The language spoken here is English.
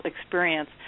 experience